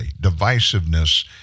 Divisiveness